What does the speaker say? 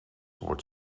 wordt